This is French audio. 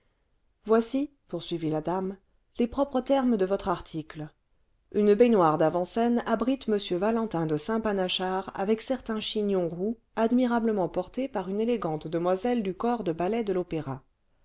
voici poursuivit la dame les propres termes de votre article une baignoire d'avant-scène abrite m valenttin de saint fanachard avec certain chignon roux j admirablement porté jiar une élégante demoiselle du corps de ballet de l'opéra